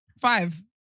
five